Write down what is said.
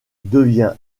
devient